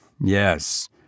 yes